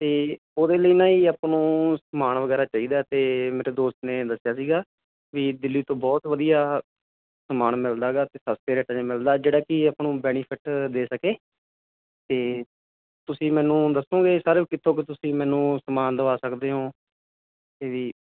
ਤੇ ਉਹਦੇ ਲਈ ਨਾ ਹੀ ਆਪਾਂ ਨੂੰ ਸਮਾਨ ਵਗੈਰਾ ਚਾਹੀਦਾ ਤੇ ਮੇਰੇ ਦੋਸਤ ਨੇ ਦੱਸਿਆ ਸੀਗਾ ਵੀ ਦਿੱਲੀ ਤੋਂ ਬਹੁਤ ਵਧੀਆ ਸਮਾਨ ਮਿਲਦਾ ਹੈਗਾ ਤੇ ਸਸਤੇ ਰੇਟਾਂ ਚ ਮਿਲਦਾ ਜਿਹੜਾ ਕੀ ਆਪਾਂ ਨੂੰ ਬੈਨੀਫਿਟ ਦੇ ਸਕੇ ਤੇ ਤੁਸੀਂ ਮੈਨੂੰ ਦੱਸੋਗੇ ਸਰ ਕਿੱਥੋਂ ਕੁ ਤੁਸੀਂ ਮੈਨੂੰ ਸਮਾਨ ਦਵਾ ਸਕਦੇ ਹੋ ਇਹ ਵੀ